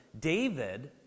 David